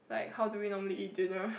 like how do we normally eat dinner